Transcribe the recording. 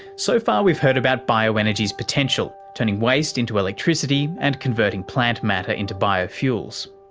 so far we've heard about bioenergy's potential, turning waste into electricity and converting plant matter into biofuels.